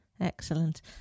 Excellent